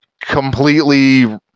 completely